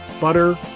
butter